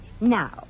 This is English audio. Now